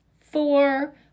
Four